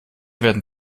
werden